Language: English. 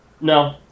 No